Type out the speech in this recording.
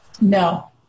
No